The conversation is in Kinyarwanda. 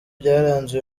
byaranze